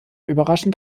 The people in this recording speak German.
überraschend